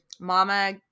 Mama